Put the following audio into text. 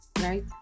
right